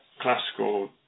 classical